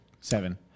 Seven